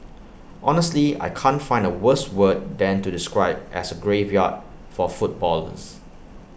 honestly I can't find A worse word than to describe as A graveyard for footballers